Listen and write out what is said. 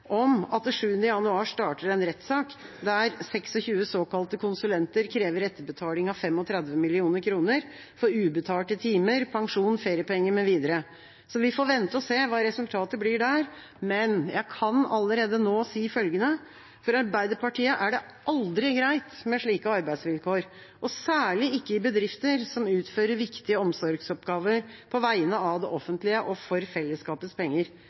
om at det den 7. januar starter en rettssak der 26 såkalte konsulenter krever etterbetaling av 35 mill. kr for ubetalte timer, pensjon, feriepenger mv. Vi får vente og se hva resultatet blir, men jeg kan allerede nå si følgende: For Arbeiderpartiet er det aldri greit med slike arbeidsvilkår og særlig ikke i bedrifter som utfører viktige omsorgsoppgaver på vegne av det offentlige og for fellesskapets penger.